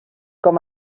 com